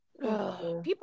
people